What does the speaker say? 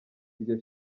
iryo